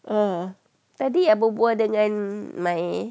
uh tadi I berbual dengan my